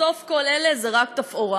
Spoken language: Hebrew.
בסוף כל אלה הם רק תפאורה.